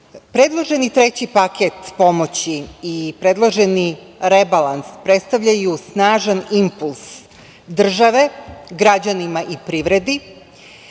predloženi treći paket pomoći i predloženi rebalans predstavljaju snažan impuls države građanima i privredi